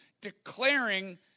declaring